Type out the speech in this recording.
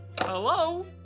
Hello